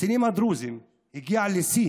בקצינים הדרוזים הגיעה לשיא